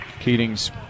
Keating's